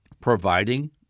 providing